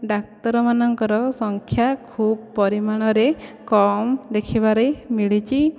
ଡାକ୍ତରମାନଙ୍କର ସଂଖ୍ୟା ଖୁବ ପରିମାଣରେ କମ୍ ଦେଖିବାରେ ମିଳିଛି